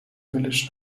ولش